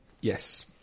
Yes